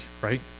right